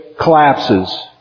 collapses